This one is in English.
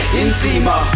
intima